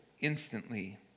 Instantly